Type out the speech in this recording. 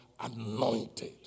anointed